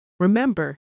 Remember